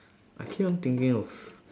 I keep on thinking of